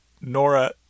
Nora